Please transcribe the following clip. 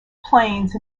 planes